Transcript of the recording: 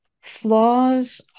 flaws